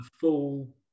full